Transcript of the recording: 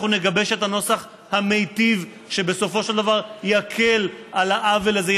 אנחנו נגבש את הנוסח המיטיב שבסופו של דבר יקל את העוול הזה,